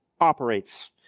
operates